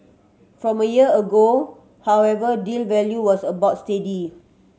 from a year ago however deal value was about steady